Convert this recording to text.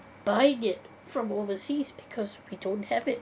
buy it from overseas because we don't have it